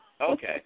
Okay